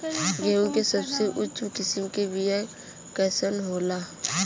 गेहूँ के सबसे उच्च किस्म के बीया कैसन होला?